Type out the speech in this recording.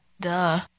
Duh